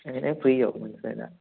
എങ്ങനെ ഫ്രീ യോ മനസിലായില്ല